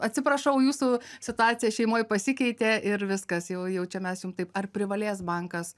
atsiprašau jūsų situacija šeimoj pasikeitė ir viskas jau jau čia mes jum taip ar privalės bankas